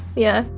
yeah.